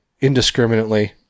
indiscriminately